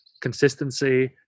consistency